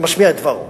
משמיע את דברו?